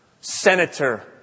Senator